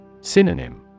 Synonym